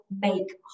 make